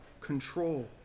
control